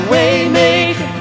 Waymaker